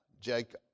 Jacob